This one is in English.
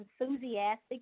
enthusiastic